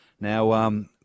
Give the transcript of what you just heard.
Now